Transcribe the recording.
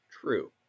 True